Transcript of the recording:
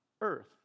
earth